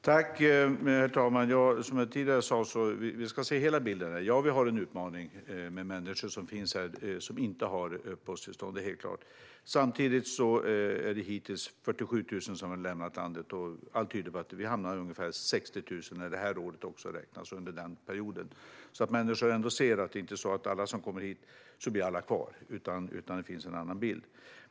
Herr talman! Som jag tidigare sa ska vi se hela bilden. Ja, vi har en utmaning med människor som finns här och som inte har uppehållstillstånd. Samtidigt har hittills 47 000 lämnat landet. Jag tippar att vi hamnar på ungefär 60 000 när det här året räknas. Av alla som kommer hit blir inte alla kvar. Så det finns en annan bild.